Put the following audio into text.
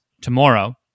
tomorrow